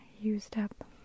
used-up